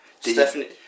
Stephanie